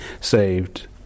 saved